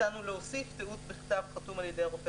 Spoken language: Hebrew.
מצאנו להוסיף "תיעוד בכתב על ידי הגורם